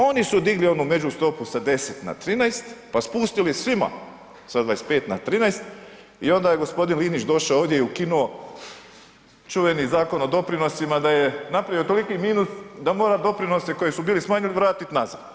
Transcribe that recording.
Oni su digli onu među stopu sa 10 na 13 pa spustili svima sa 25 na 13 i onda je g. Linić došao ovdje i ukinuo čuveni Zakon o doprinosima da je napravio toliki minus da mora doprinose koji su bili smanjeni vratiti nazad.